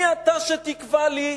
מי אתה שתקבע לי?